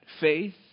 faith